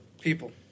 people